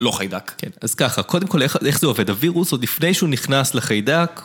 לא חיידק. כן, אז ככה, קודם כל איך זה עובד? הווירוס, עוד לפני שהוא נכנס לחיידק...